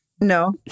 No